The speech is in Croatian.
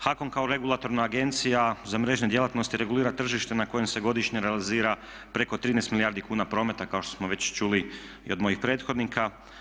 HAKOM kao regulatorna agencija za mrežne djelatnosti regulira tržište na kojem se godišnje realizira preko 13 milijardi kuna prometa kao što smo već čuli i od mojih prethodnika.